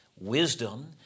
wisdom